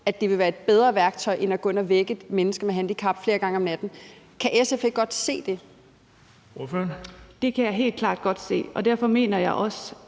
det vil være et bedre værktøj end at gå ind at vække et menneske med handicap flere gange om natten. Kan SF ikke godt se det? Kl. 10:19 Den fg. formand (Erling